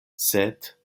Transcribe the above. sed